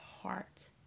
heart